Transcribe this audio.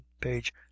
page